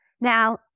Now